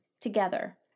together